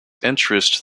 interest